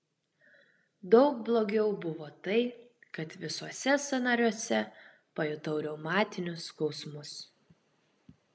daug blogiau buvo tai kad visuose sąnariuose pajutau reumatinius skausmus